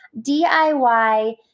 DIY